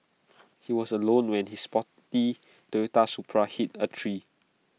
he was alone when his sporty Toyota Supra hit A tree